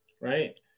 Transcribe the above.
right